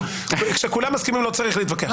כשכולם מסכימים, לא צריך להתווכח.